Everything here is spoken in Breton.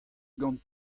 gant